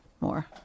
more